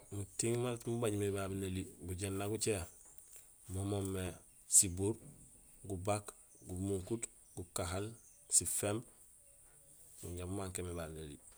Mutiiŋ maan diit mubajmé babé noli gujééna gucé mo moomé: sibuur, gubaak, gumunkuut, gukahaal, siféémb mo jaa mu manqué babé noli.